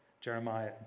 Jeremiah